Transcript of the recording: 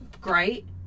great